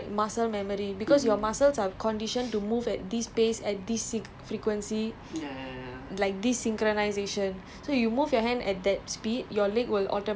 ya because my coach was saying like you can get at least a little bit further just on like muscle memory because your muscles are conditioned to move at this pace at this frequency